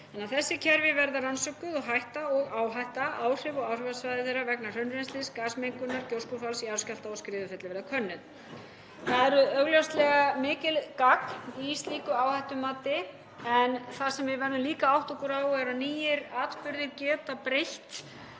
Þessi kerfi verða rannsökuð og hætta og áhætta, áhrif á áhrifasvæði þeirra vegna hraunrennslis, gasmengunar, gjóskufalls, jarðskjálfta og skriðufalla verða könnuð. Það er augljóslega mikið gagn í slíku áhættumati en það sem við verðum líka að átta okkur á er að nýir atburðir geta breytt